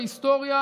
בהיסטוריה